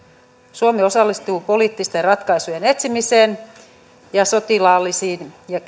suomi osallistuu poliittisten ratkaisujen etsimiseen ja sotilaallisiin ja